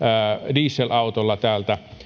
diesel autolla täältä